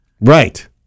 Right